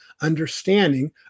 understanding